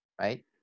right